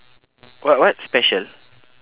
what what special